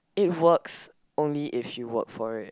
it works only if you work for it